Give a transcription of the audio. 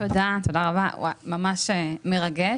תודה, תודה רבה, זה ממש מרגש.